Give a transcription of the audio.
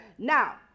Now